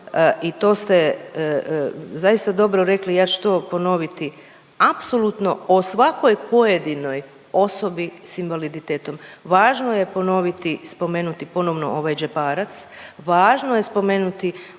i to ste zaista dobro rekli, ja ću to ponoviti, apsolutno o svakoj pojedinoj osobi s invaliditetom. Važno je ponoviti spomenuti ponovno ovaj džeparac, važno je spomenuti